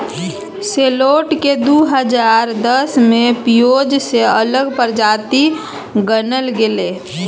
सैलोट केँ दु हजार दस मे पिओज सँ अलग प्रजाति गानल गेलै